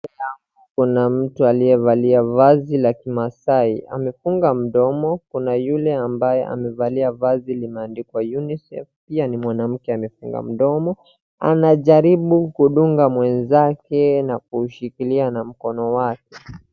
Mbele yangu kuna mtu aliyevalia vazi la kimasai. Amefunga mdomo. Kuna yule ambaye amevalia vazi limeandikwa Unicef. Pia ni mwanamke amefunga mdomo. Anajaribu kudunga mwenzake na kushikilia na mkono wake.